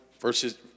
verses